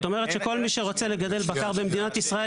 אומרת שכל מי שרוצה לגדל בקר במדינת ישראל,